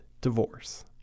divorce